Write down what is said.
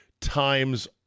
times